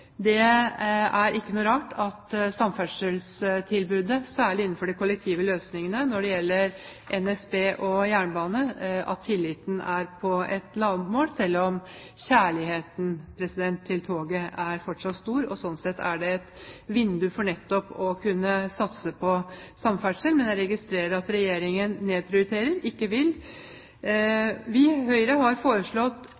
Det er ikke noe rart at tilliten til samferdselstilbudet, særlig innenfor de kollektive løsningene hos NSB og jernbanen, er på et lavmål, selv om kjærligheten til toget fortsatt er stor, og slik sett er et vindu for nettopp å kunne satse på samferdsel. Men jeg registrerer at Regjeringen nedprioriterer, ikke vil.